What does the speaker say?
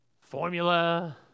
Formula